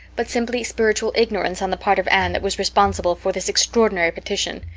but simply spiritual ignorance on the part of anne that was responsible for this extraordinary petition.